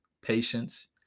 patience